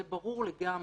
זה ברור לגמרי.